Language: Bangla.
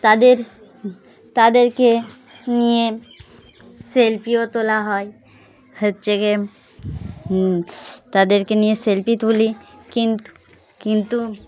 তাদের তাদেরকে নিয়ে সেলফিও তোলা হয় হচ্ছে গিয়ে তাদেরকে নিয়ে সেলফি তুলি কিন্ত কিন্তু